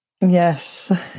Yes